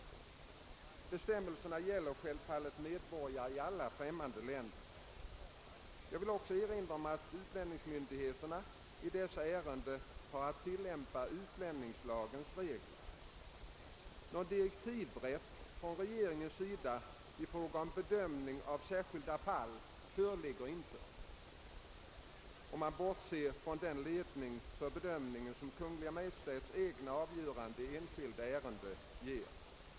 Bestämmelserna gäller självfallet medborgare i alla främmande länder. Jag vill också erinra om att utlänningsmyndigheterna i dessa ärenden har att tillämpa utlänningslagens regler. Någon direktivrätt från regeringens sida i fråga om bedömningen av särskilda fall föreligger inte, bortsett från den ledning för bedömningen som Kungl. Maj:ts egna avgöranden i enskilda ärenden ger.